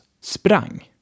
sprang